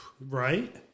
Right